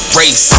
race